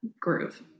groove